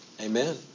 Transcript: amen